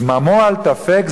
זממו אל תפק,